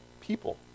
people